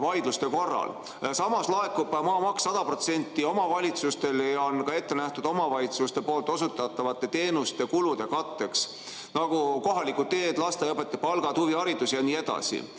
vaidluste korral. Samas laekub maamaks 100% omavalitsustele ja see on ka ette nähtud omavalitsuste osutatavate teenuste kulude katteks, nagu kohalikud teed, lasteaiaõpetajate palgad, huviharidus jne.